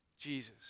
Jesus